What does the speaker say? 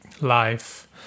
life